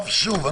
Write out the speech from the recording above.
שוב,